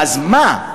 אז מה?